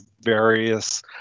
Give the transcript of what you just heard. various